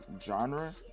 genre